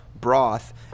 broth